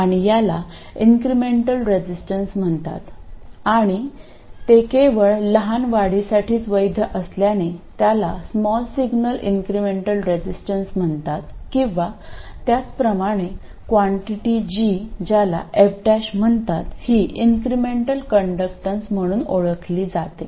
आणि याला incremental resistance म्हणतात आणि ते केवळ लहान वाढीसाठीच वैध असल्याने त्याला स्मॉल सिग्नल इन्क्रिमेंटल रेझिस्टन्स म्हणतात किंवा त्याचप्रमाणे क्वांटीटी g ज्याला f म्हणतात ही इन्क्रिमेंटल कंडक्टन्स म्हणून ओळखले जाते